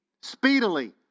Speedily